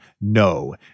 No